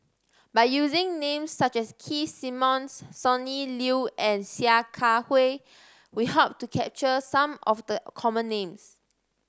by using names such as Keith Simmons Sonny Liew and Sia Kah Hui we hope to capture some of the common names